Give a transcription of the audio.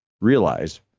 realize